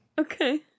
Okay